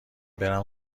برم